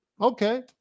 okay